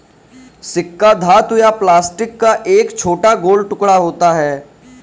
सिक्का धातु या प्लास्टिक का एक छोटा गोल टुकड़ा होता है